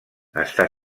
està